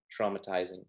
traumatizing